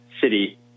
city